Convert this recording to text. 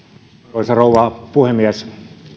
arvoisa rouva puhemies